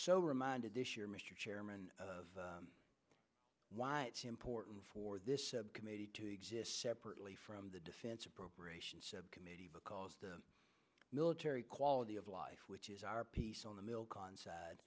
so reminded this year mr chairman of why it's important for this committee to exist separately from the defense appropriations committee because the military quality of life which is our piece on the milk